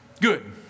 Good